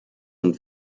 und